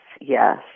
Yes